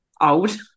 old